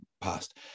past